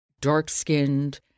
dark-skinned